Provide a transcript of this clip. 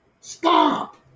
Stop